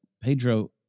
Pedro